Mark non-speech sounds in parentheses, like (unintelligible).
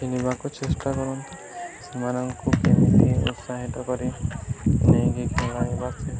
କିଣିବାକୁ ଚେଷ୍ଟା କରନ୍ତି ସେମାନଙ୍କୁ କେମିତି ଉତ୍ସାହିତ କରି ନେଇକି (unintelligible)